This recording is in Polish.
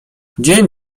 dzień